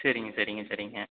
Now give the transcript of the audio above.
சரிங்க சரிங்க சரிங்க